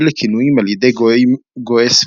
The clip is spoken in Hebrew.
הביא לכינויים על ידי גויי סביבתם,